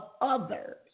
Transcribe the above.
others